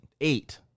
Eight